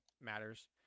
matters